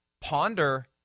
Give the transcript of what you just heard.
ponder